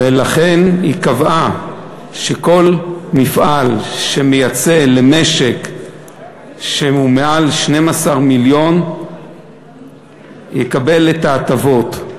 ולכן היא קבעה שכל מפעל שמייצא למשק שהוא מעל 12 מיליון יקבל את ההטבות.